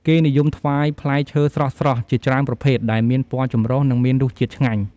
គេនិយមថ្វាយផ្លែឈើស្រស់ៗជាច្រើនប្រភេទ ដែលមានពណ៌ចម្រុះ និងមានរសជាតិឆ្ងាញ់។